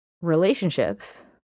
relationships